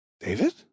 David